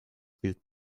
bild